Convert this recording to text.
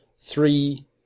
three